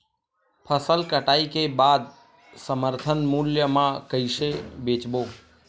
फसल कटाई के बाद समर्थन मूल्य मा कइसे बेचबो?